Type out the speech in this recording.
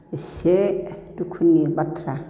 इसे दुखुनि बाथ्रा